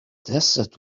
desert